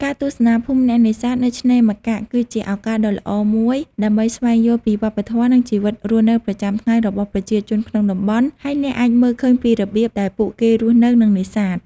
ការទស្សនាភូមិអ្នកនេសាទ នៅឆ្នេរម្កាក់ គឺជាឱកាសដ៏ល្អមួយដើម្បីស្វែងយល់ពីវប្បធម៌ និងជីវិតរស់នៅប្រចាំថ្ងៃរបស់ប្រជាជនក្នុងតំបន់ ហើយអ្នកអាចមើលឃើញពីរបៀបដែលពួកគេរស់នៅ និងនេសាទ។